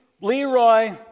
Leroy